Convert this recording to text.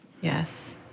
Yes